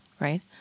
right